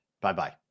Bye-bye